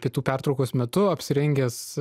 pietų pertraukos metu apsirengęs